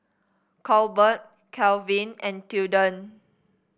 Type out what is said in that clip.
Colbert Calvin and Tilden